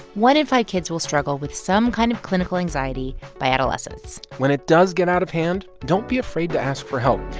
one in five kids will struggle with some kind of clinical anxiety by adolescence when it does get out of hand, don't be afraid to ask for help.